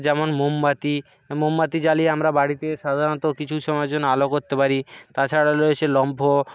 যেমন মোমবাতি মোমবাতি জ্বালিয়ে আমরা বাড়িতে সাধারণত কিছু সময়ের জন্য আলো করতে পারি তাছাড়ারা রয়েছে লম্ফো